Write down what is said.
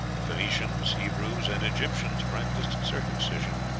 the phoenicians, hebrews, and egyptians practised circumcision.